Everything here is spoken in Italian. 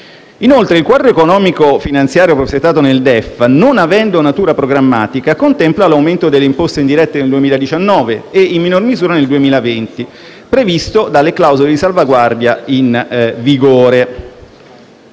Inoltre, il quadro economico-finanziario prospettato nel DEF, non avendo natura programmatica, contempla l'aumento delle imposte indirette nel 2019 e, in minor misura, nel 2020, previsto dalle clausole di salvaguardia in vigore.